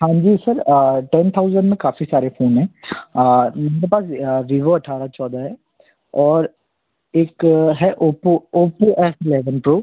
हाँ जी sir ten thousand में काफ़ी सारे फ़ोन हैं मेरे पास वीवो अठारह चौदह है और एक है Oppo Oppo F eleven pro